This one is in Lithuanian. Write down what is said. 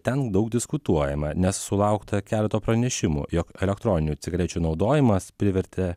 ten daug diskutuojama nes sulaukta keleto pranešimų jog elektroninių cigarečių naudojimas privertė